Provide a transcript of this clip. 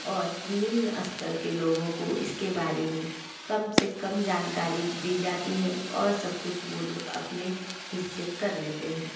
और निम्न स्तर के लोगों को इसके बारे में कम से कम जानकारी दी जाती है और सब कुछ वो लोग अपने हिस्से कर लेते हैं